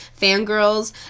fangirls